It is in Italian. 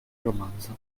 romanzo